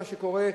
מה שקורה,